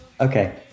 Okay